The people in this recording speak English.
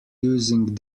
using